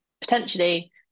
Potentially